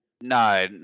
No